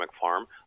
farm